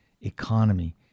economy